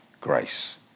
grace